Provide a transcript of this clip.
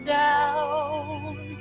down